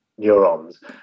neurons